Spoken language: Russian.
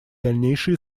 дальнейшей